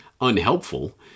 unhelpful